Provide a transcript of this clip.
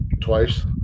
twice